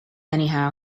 anyhow